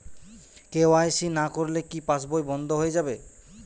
KYC না করলে কি পাশবই বন্ধ হয়ে যাবে?